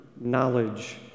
knowledge